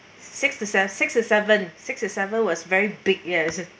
six to six to seven six to seven was very big yes